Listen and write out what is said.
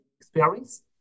experience